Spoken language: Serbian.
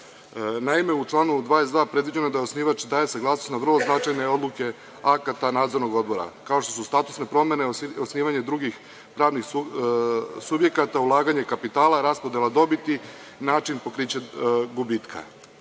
u članu 22. predviđeno je da osnivač daje saglasnost na vrlo značajne odluke akata nadzornog odbora, kao što su statusne promene, osnivanje drugih radnih subjekata, ulaganje kapitala, raspodela dobiti, način pokrića